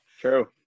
true